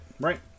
Right